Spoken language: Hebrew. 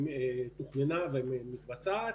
שכבר תוכננה ומתבצעת.